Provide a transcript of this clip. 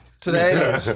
Today